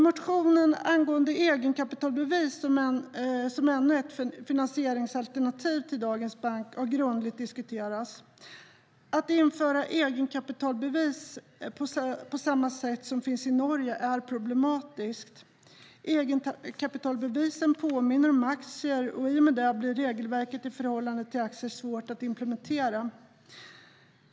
Motionen angående egenkapitalbevis som ännu ett finansieringsalternativ till dagens bankverksamhet har grundligt diskuterats. Att införa egenkapitalbevis på samma sätt som i Norge är problematiskt. Egenkapitalbevisen påminner om aktier, och i och med det blir regelverket i förhållande till aktier svårt att implementera.